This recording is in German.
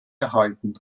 erhalten